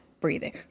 breathing